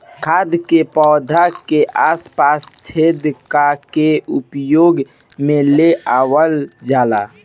खाद के पौधा के आस पास छेद क के उपयोग में ले आवल जाला